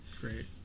great